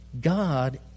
God